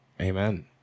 Amen